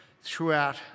throughout